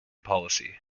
policy